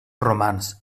romans